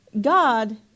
God